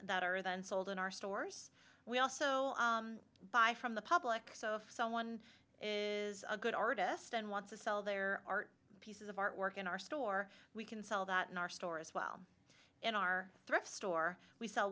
that are then sold in our stores we also buy from the public so if someone is a good artist and wants to sell their art pieces of artwork in our store we can sell that in our store as well in our thrift store we s